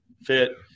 fit